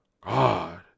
God